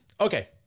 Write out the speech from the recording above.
Okay